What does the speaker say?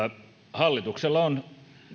hallituksella on